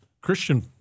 Christian